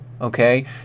okay